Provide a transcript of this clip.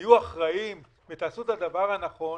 תהיו אחראיים ותעשו את הדבר הנכון.